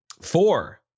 four